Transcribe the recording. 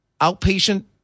outpatient